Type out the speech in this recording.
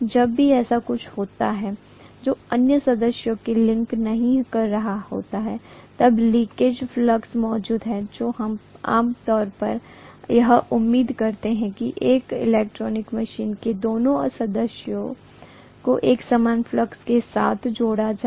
जब भी ऐसा कुछ होता है जो अन्य सदस्यों को लिंक नहीं कर रहा होता है तब लीकेज फ्लक्स मौजूद है तो हम आम तौर पर यह उम्मीद करते हैं कि एक इलेक्ट्रिकल मशीन के दोनों सदस्यों को एक सामान्य फ्लक्स के साथ जोड़ा जाए